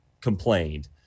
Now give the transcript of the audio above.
complained